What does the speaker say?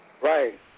Right